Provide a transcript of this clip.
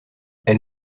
elle